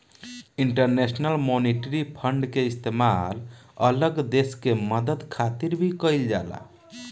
international monetary fund के इस्तेमाल अलग देश के मदद खातिर भी कइल जाला